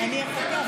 אני אחכה,